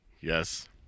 Yes